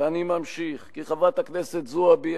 ואני ממשיך: כי חברת הכנסת זועבי,